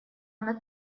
она